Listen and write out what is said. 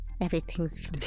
Everything's